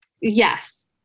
Yes